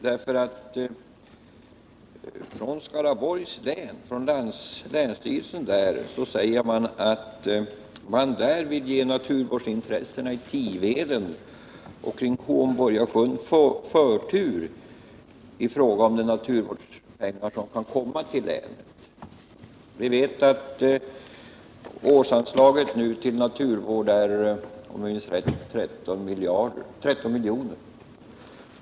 Länsstyrelsen i Skaraborgs län uttalar att man vill ge naturvårdsintressena i Tiveden och kring Hornborgasjön förtur i fråga om de naturvårdspengar som kan komma till länet. Vi vet att årsanslaget till naturvård nu är ungefär 13 milj.kr.